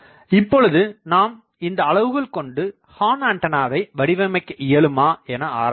இப்பொழுது நாம் இந்த அளவுகள் கொண்டு ஹார்ன் ஆண்டனாவை வடிவமைக்க இயலுமா என ஆராயலாம்